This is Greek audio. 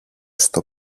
στο